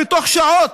ותוך שעות,